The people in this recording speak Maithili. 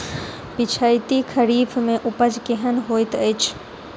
पिछैती खरीफ मे उपज केहन होइत अछि?